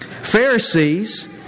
Pharisees